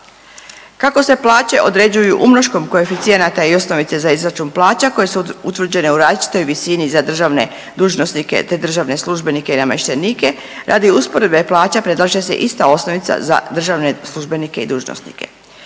Kako se plaće određuju umnoškom koeficijenata i osnovice za izračun plaća koje su utvrđene u različitoj visini za državne dužnosnike, te državne službenike i namještenike radi usporedbe plaća predlaže se ista osnovica za državne službenike i dužnosnike.